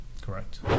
Correct